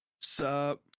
Sup